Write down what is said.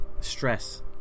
stress